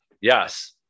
Yes